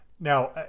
now